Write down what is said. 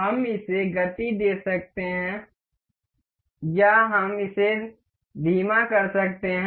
हम इसे गति दे सकते हैं या हम इसे धीमा कर सकते हैं